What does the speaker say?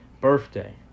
birthday